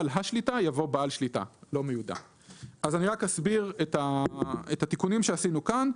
אני אסביר את התיקונים שעשינו כאן,